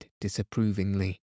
disapprovingly